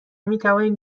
میتوانید